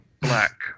black